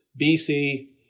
BC